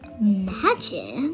Magic